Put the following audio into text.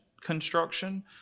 construction